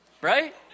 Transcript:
Right